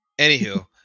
Anywho